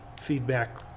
feedback